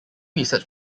research